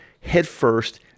headfirst